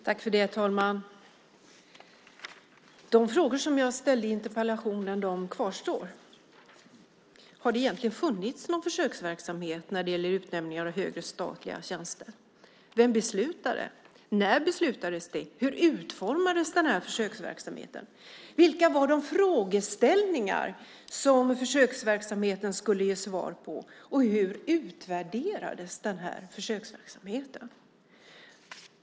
Herr talman! De frågor som jag ställde i interpellationen kvarstår. Har det egentligen funnits någon försöksverksamhet när det gäller utnämningar av högre statliga tjänster? Vem beslutade? När beslutades det? Hur utformades försöksverksamheten? Vilka var de frågeställningar som försöksverksamheten skulle ge svar på? Och hur utvärderades den här försöksverksamheten?